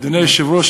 אדוני היושב-ראש,